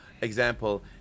example